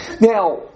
Now